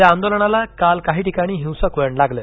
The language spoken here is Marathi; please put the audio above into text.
या आंदोलनाला काल काही ठिकाणी हिंसक वळण लागलं